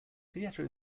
theater